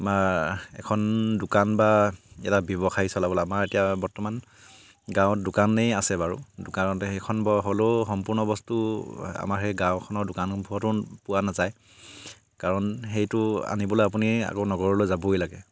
এখন দোকান বা এটা ব্যৱসায়ী চলাবলে আমাৰ এতিয়া বৰ্তমান গাঁৱত দোকানেই আছে বাৰু কাৰণে সেইখন হ'লেও সম্পূৰ্ণ বস্তু আমাৰ সেই গাঁওখনৰ দোকানসমূহটো পোৱা নাযায় কাৰণ সেইটো আনিবলে আপুনি আকৌ নগৰলৈ যাবই লাগে